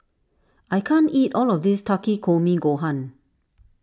I can't eat all of this Takikomi Gohan